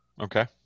Okay